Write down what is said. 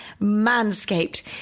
Manscaped